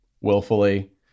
willfully